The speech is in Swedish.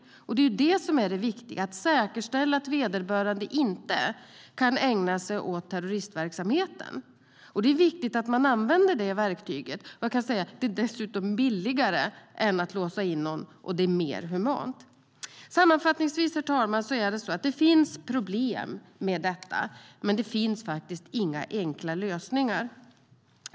Det är det som är det viktiga, att säkerställa att vederbörande inte kan ägna sig åt terroristverksamhet. Det är viktigt att man använder det verktyget - det är dessutom billigare än att låsa in personer, samtidigt som det är mer humant. Herr talman! Sammanfattningsvis finns det problem med detta, och det finns inga enkla lösningar.